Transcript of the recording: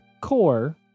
Core